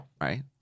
Right